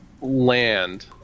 Land